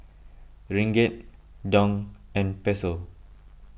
Ringgit Dong and Peso